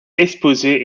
exposé